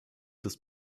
des